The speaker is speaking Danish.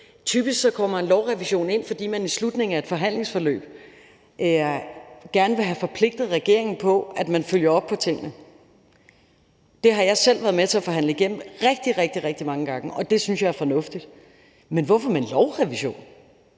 Typisk kommer en lovrevision ind, fordi man i slutningen af et forhandlingsforløb gerne vil have forpligtet regeringen til at følge op på tingene. Det har jeg selv været med til at forhandle igennem rigtig, rigtig mange gange, og det synes jeg er fornuftigt. Men hvorfor med en lovrevision?